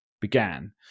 began